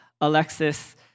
Alexis